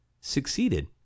succeeded